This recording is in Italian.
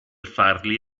farli